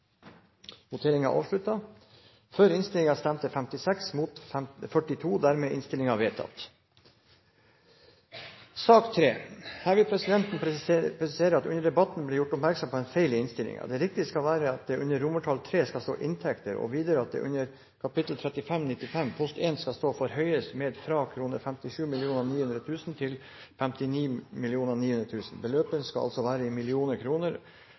Her vil presidenten presisere at det under debatten ble gjort oppmerksom på en feil innstillingen. Det riktige skal være at det under III skal stå Inntekter. Videre skal det under kap. 3595 post 1 stå «forhøyes med fra kr 57 900 000 til kr 59 900 000». Beløpene skal altså være i millioner kroner,